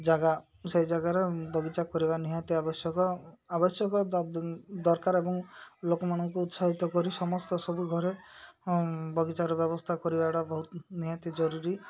ଜାଗା ସେଇ ଜାଗାରେ ବଗିଚା କରିବା ନିହାତି ଆବଶ୍ୟକ ଆବଶ୍ୟକ ଦରକାର ଏବଂ ଲୋକମାନଙ୍କୁ ଉତ୍ସାହିତ କରି ସମସ୍ତ ସବୁ ଘରେ ବଗିଚାର ବ୍ୟବସ୍ଥା କରିବାଟା ବହୁତ ନିହାତି ଜରୁରୀ